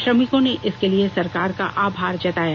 श्रमिकों ने इसके लिए सरकार का आभार जताया